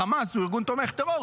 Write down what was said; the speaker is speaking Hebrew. החמאס הוא ארגון תומך טרור.